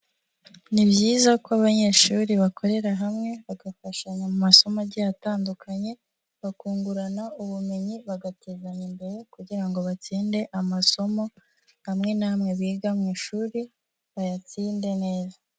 Ni byiza ko abanyeshuri bakorera hamwe, bagafashanya mu masomo agiye atandukanye, bakungurana ubumenyi, bagatezanya imbere kugira ngo batsinde amasomo, amwe n'amwe biga mu ishuri, bayatsinde neza.